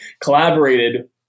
collaborated